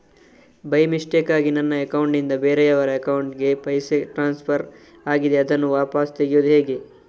By ಮಿಸ್ಟೇಕಾಗಿ ನನ್ನ account ನಿಂದ ಬೇರೆಯವರ ಅಕೌಂಟ್ ಗೆ ಪೈಸೆ ಟ್ರಾನ್ಸ್ಫರ್ ಆಗಿದೆ ಅದನ್ನು ವಾಪಸ್ ತೆಗೆಯೂದು ಹೇಗೆ?